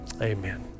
Amen